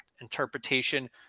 interpretation